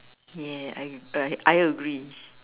ya I I I agree